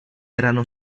erano